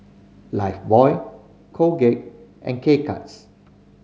Lifebuoy Colgate and K Cuts